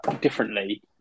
differently